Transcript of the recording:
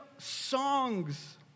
songs